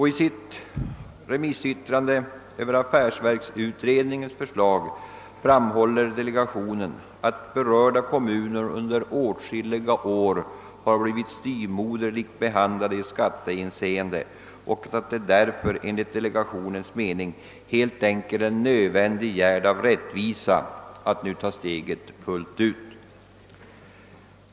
I sitt remissyttrande över affärsverksutredningens förslag framhåller: delegationen, att berörda kommuner: under åtskilliga år blivit styvmoderligt behandlade i skattehänseende och att det därför enligt delegationens mening helt enkelt är en nödvändig gärd av rättvisa att nu ta steget fullt ut.